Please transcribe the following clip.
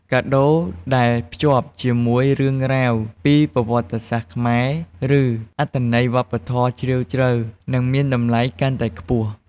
កាដូរដែលភ្ជាប់ជាមួយ រឿងរ៉ាវពីប្រវត្តិសាស្ត្រខ្មែរ ឬ អត្ថន័យវប្បធម៌ជ្រាលជ្រៅ នឹងមានតម្លៃកាន់តែខ្ពស់។